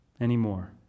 anymore